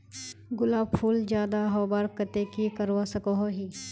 गुलाब फूल ज्यादा होबार केते की करवा सकोहो ही?